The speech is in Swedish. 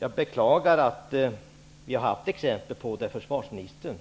Jag beklagar att det har funnits exempel på att försvarsministern